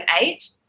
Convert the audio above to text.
eight